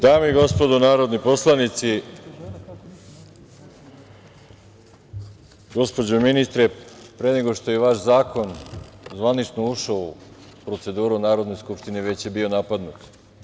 Dame i gospodo narodni poslanici, gospođo ministre, pre nego što je vaš zakon zvanično ušao u proceduru Narodne skupštine, već je bio napadnut.